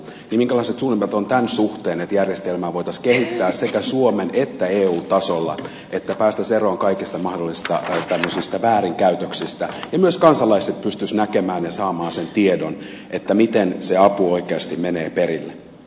minkälaiset suunnitelmat on tämän suhteen että järjestelmää voitaisiin kehittää sekä suomen että eun tasolla että päästäisiin eroon kaikista mahdollisista väärinkäytöksistä ja myös kansalaiset pystyisivät näkemään ja saamaan sen tiedon miten se apu oikeasti menee perille